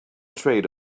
trade